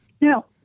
No